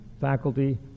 faculty